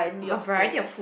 a variety of food